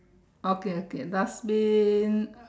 okay okay dustbin